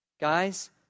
Guys